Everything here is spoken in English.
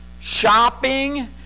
shopping